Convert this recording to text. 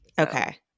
Okay